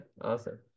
awesome